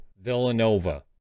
Villanova